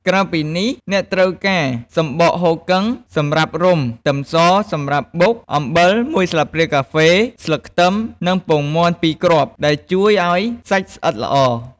ក្រៅពីនេះ អ្នកត្រូវការ សំបកហ៊ូគឹង សម្រាប់រុំ ខ្ទឹមស សម្រាប់បុក អំបិល ១ស្លាបព្រាកាហ្វេ ស្លឹកខ្ទឹម និង ពងមាន់ ២ គ្រាប់ ដែលជួយឱ្យសាច់ស្អិតល្អ។